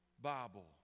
Bible